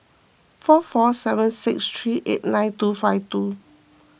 four four seven six three eight nine two five two